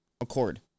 accord